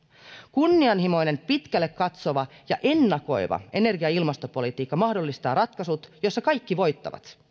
kunnianhimoinen pitkälle katsova ja ennakoiva energia ja ilmastopolitiikka mahdollistaa ratkaisut joissa kaikki voittavat